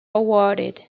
awarded